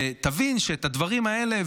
שיבין שאת הדברים האלה,